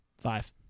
Five